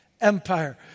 empire